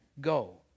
go